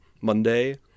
Monday